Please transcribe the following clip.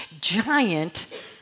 giant